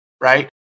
right